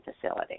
facility